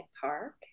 Park